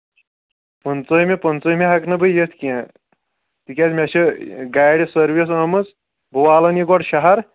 پٕنٛژٕمہِ پٕنٛژٕمہِ ہیٚکہٕ نہٕ بہٕ یِتھ کینٛہہ تِکیٛازِ مےٚ چھِ گاڑِ سٔروِس آمٕژ بہٕ والان یہِ گۄڈٕ شَہَر